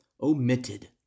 omitted